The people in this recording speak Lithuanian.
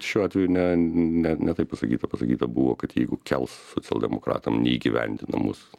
šiuo atveju ne ne ne taip pasakyta pasakyta buvo kad jeigu kels socialdemokratam neįgyvendinamus